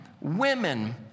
women